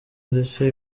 ndetse